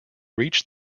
reach